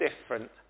different